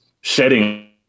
shedding